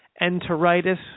Enteritis